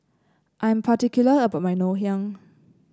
I am particular about my Ngoh Hiang